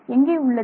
எங்கே உள்ளது